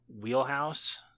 wheelhouse